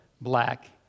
black